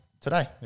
today